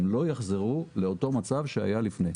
לא יחזרו לאותו מצב שהיה לפני.